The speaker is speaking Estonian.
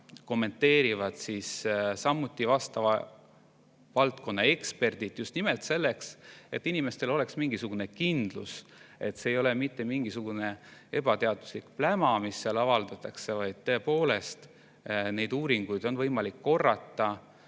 kommenteerivad samuti vastava valdkonna eksperdid, just nimelt selleks, et inimestel oleks mingisugune kindlus, et see ei ole mitte mingisugune ebateaduslik pläma, mis seal avaldatakse, vaid tõepoolest, neid uuringuid on võimalik korrata